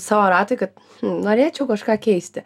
savo ratui kad norėčiau kažką keisti